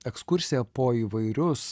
ekskursiją po įvairius